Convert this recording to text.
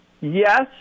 Yes